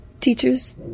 Teachers